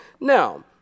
Now